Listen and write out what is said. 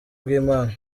bw’imana